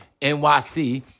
NYC